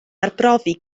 arbrofi